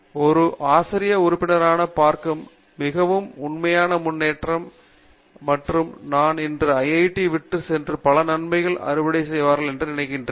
ஒரு ஆசிரிய உறுப்பினராக பார்க்க மிகவும் நன்மையான முன்னேற்றம் மற்றும் நான் அவர்கள் ஐஐடி விட்டு சென்று பல நன்மைகளை அறுவடை செய்வார்கள் என்று நான் நம்புகிறேன்